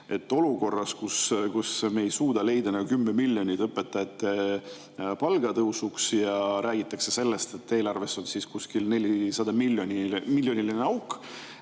Olukorras, kus me ei suuda leida 10 miljonit õpetajate palga tõusuks ja räägitakse sellest, et eelarves on kuskil 400-miljoniline auk,